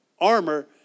armor